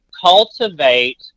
Cultivate